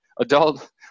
adult